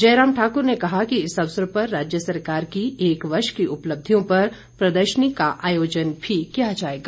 जयराम ठाकुर ने कहा कि इस अवसर पर राज्य सरकार की एक वर्ष की उपलब्धियों पर प्रदर्शनी का आयोजन भी किया जाएगा